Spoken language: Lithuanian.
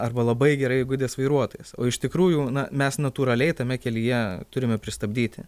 arba labai gerai įgudęs vairuotojas o iš tikrųjų mes natūraliai tame kelyje turime pristabdyti